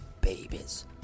babies